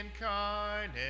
incarnate